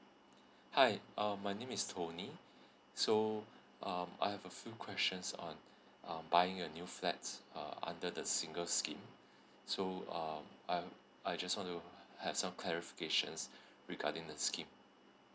hi um my name is tony so um I have a few questions on um buying a new flat uh under the single scheme so um I I just want to have some clarifications regarding the scheme